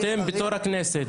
אתם בתור הכנסת,